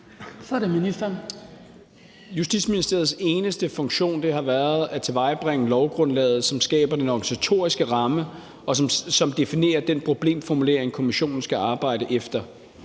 Justitsministeriets eneste funktion har været at tilvejebringe lovgrundlaget, som skaber den organisatoriske ramme, og som definerer den problemformulering, kommissionen skal arbejde efter.